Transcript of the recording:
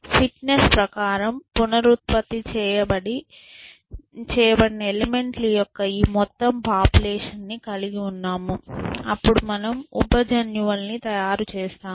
fitness ప్రకారం పునరుత్పత్తి చేయబడిన న ఎలిమెంట్ ల యొక్క ఈ మొత్తం పాపులేషన్ ని కలిగి ఉన్నాము అప్పుడు మనము ఉప జన్యువులను తయారుచేస్తాము